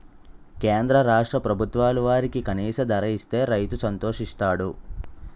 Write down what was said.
కేంద్ర రాష్ట్ర ప్రభుత్వాలు వరికి కనీస ధర ఇస్తే రైతు సంతోషిస్తాడు